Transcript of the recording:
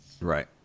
Right